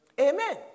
Amen